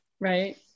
Right